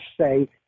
say